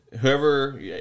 whoever